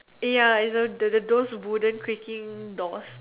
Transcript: ya it's the the those wooden creaking doors